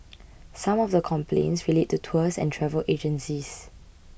some of the complaints relate to tours and travel agencies